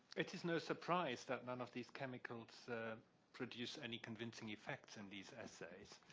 it is no surprise that none of these chemicals produce any convincing effects in these assays.